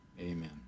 Amen